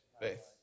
Faith